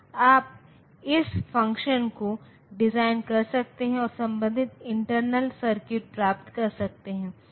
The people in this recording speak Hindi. आप इस फ़ंक्शन को डिज़ाइन कर सकते हैं और संबंधित इंटरनल सर्किट प्राप्त कर सकते हैं